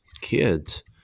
kids